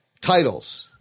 titles